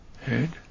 head